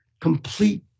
complete